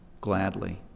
gladly